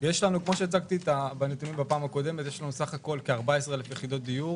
כמו שאמרתי בפעם הקודמת יש לנו סך הכול כ-14 אלף יחידות דיור